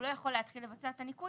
הוא לא יכול להתחיל לבצע את הניכוי,